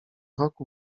rok